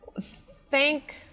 Thank